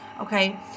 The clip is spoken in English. Okay